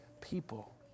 people